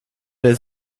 des